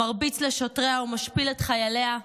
מרביץ לשוטריה ומשפיל את חייליה,